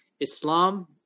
Islam